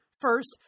First